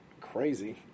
crazy